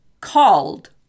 called